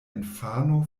infano